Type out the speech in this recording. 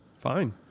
fine